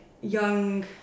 young